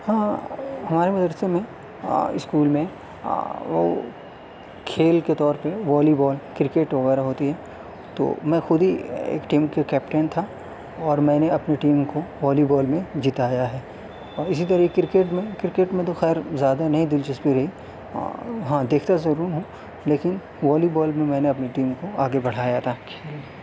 ہاں ہمارے مدرسے میں اسکول میں کھیل کے طور پہ والی بال کرکٹ وغیرہ ہوتی ہے تو میں خود ہی ایک ٹیم کا کیپٹن تھا اور میں نے اپنی ٹیم کو والی بال میں جتایا ہے اور اسی طرح کرکٹ میں کرکٹ میں توخیر ذیادہ نہیں دلچسپی رہی ہاں دیکھتا ضرور ہوں لیکن والی بال میں میں نے اپنی ٹیم کو آگے بڑھایا تھا